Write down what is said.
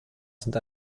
sind